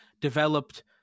developed